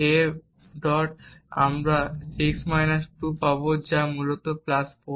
a আমরা 6 2 পাব যা মূলত 4